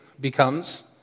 becomes